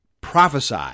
prophesy